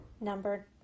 Number